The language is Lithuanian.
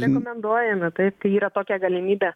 rekomenduojame taip kai yra tokia galimybė